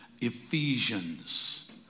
Ephesians